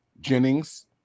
Jennings